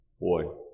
Boy